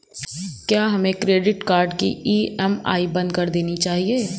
क्या हमें credit card की ई.एम.आई बंद कर देनी चाहिए?